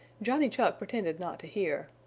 johnny chuck pretended not to hear.